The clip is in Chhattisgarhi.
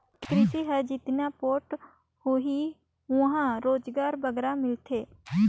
किरसी हर जेतना पोठ होही उहां रोजगार बगरा मिलथे